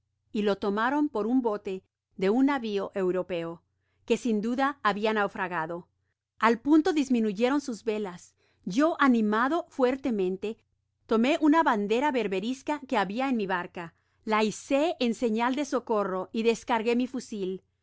y lo tomaron por un bote de un navio europeo que sin duda labia naufragado al punto disminuyeron sus velas yo animado fuertemente tomé una bandera berberisca que habia en mi barca la izé en señal de socorro y descargué mi fusil los